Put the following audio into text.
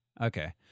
okay